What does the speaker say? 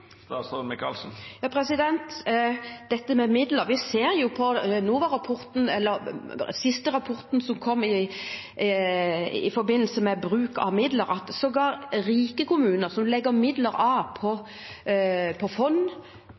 dette med midler: Vi ser på NOA-rapporten, eller den siste rapporten som kom i forbindelse med bruk av midler, at sågar rike kommuner som setter av midler på fond,